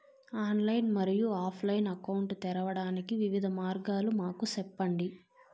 Online మరియు offline account తెరవడానికి వివిధ మార్గాలు మాకు సెప్పండి?